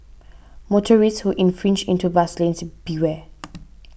motorists who infringe into bus lanes beware